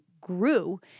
grew